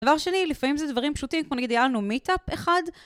דבר שני, לפעמים זה דברים פשוטים, כמו נגיד, היה לנו מיטאפ אחד.